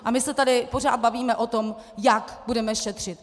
A my se tady pořád bavíme o tom, jak budeme šetřit.